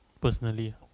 personally